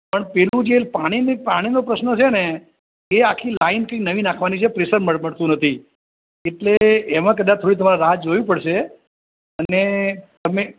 પણ પેલું જે પાણીની પાણીનો પ્રશ્ન છે ને એ આખી લાઈન કંઇક નવી નાખવાની છે પ્રેશર મળ મળતું નથી એટલે એમાં કદાચ થોડીક તમારે રાહ જોવી પડશે અને તમે